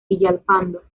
villalpando